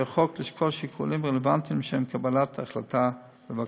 החוק לשקול שיקולים רלוונטיים לשם קבלת ההחלטה בבקשה.